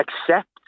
accept